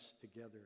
together